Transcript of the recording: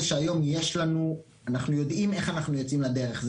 זה שהיום אנחנו יודעים איך אנחנו יוצאים לדרך.